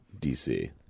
DC